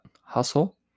hustle